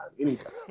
anytime